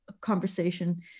conversation